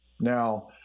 Now